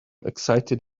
excited